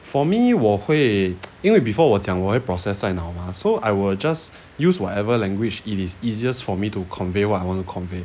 for me 我会 因为 before 我讲我会 process 在脑 mah so I will just use whatever language it is easier for me to convey what I want to convey